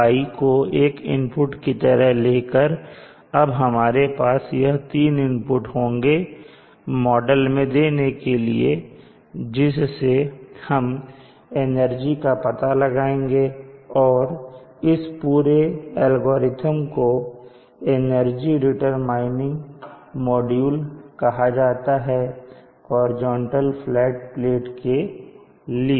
और ϕ को एक इनपुट की तरह लेकर अब हमारे पास यह तीन इनपुट होंगे मॉडल में देने के लिए जिससे हम एनर्जी का पता लगाएंगे और इस पूरे एल्गोरिथ्म को एनर्जी डिटरमाइनिंग मॉड्यूल कहा जाता है हॉरिजॉन्टल फ्लैट प्लेट के लिए